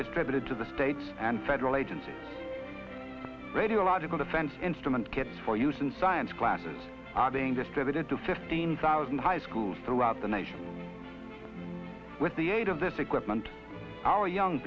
distributed to the states and federal agencies radiological event instrument kits for use in science classes are being distributed to fifteen thousand high schools throughout the nation with the aid of this equipment our young